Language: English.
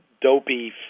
dopey